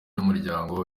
n’umuryango